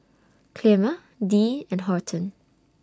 Clemma Dee and Horton